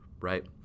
right